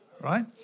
Right